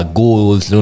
goals